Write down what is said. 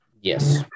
Yes